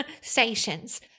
stations